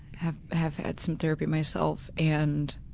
have have had some therapy myself and